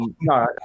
no